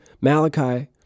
Malachi